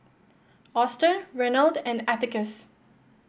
Auston Reynold and Atticus